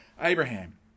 Abraham